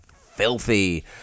filthy